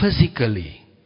physically